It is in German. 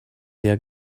der